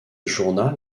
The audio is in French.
journal